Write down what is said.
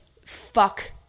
Fuck